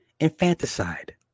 Infanticide